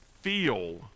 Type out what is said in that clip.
feel